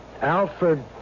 Alfred